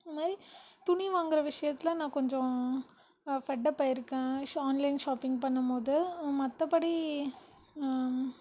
இது மாதிரி துணி வாங்குகிற விஷயத்துல நான் கொஞ்சம் ஃபட்டப் ஆகியிருக்கேன் ஆன்லைன் ஷாப்பிங் பண்ணும்போது மற்றபடி